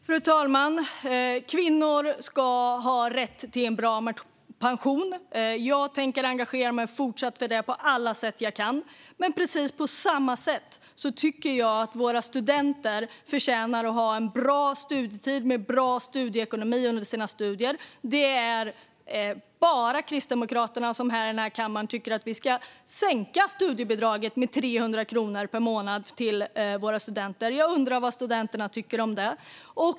Fru talman! Kvinnor ska ha rätt till en bra pension. Jag tänker även i fortsättningen att på alla sätt jag kan engagera mig för det. Men på samma sätt tycker jag att våra studenter förtjänar att ha en bra studietid med bra ekonomi. Det är bara Kristdemokraterna i denna kammare som tycker att vi ska sänka studiebidraget till våra studenter med 300 kronor per månad. Jag undrar vad studenterna tycker om det.